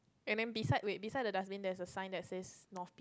and then beside with beside the dustbin that's a sign that says north